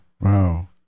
Wow